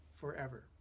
forever